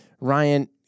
Ryan